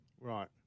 Right